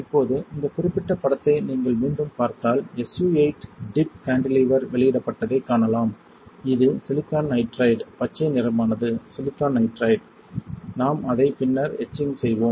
இப்போது இந்த குறிப்பிட்ட படத்தை நீங்கள் மீண்டும் பார்த்தால் SU 8 டிப் கான்டிலீவர் வெளியிடப்பட்டதைக் காணலாம் இது சிலிக்கான் நைட்ரைடு பச்சை நிறமானது சிலிக்கான் நைட்ரைடு நாம் அதை பின்னர் எட்சிங் செய்வோம்